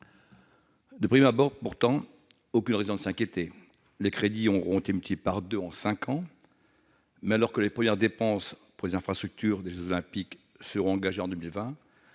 De prime abord, pourtant, il n'existe aucune raison de s'inquiéter, puisque les crédits auront été multipliés par deux en cinq ans. Mais, alors que les premières dépenses pour les infrastructures des jeux Olympiques seront engagées en 2020,